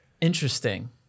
interesting